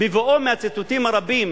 מהציטוטים הרבים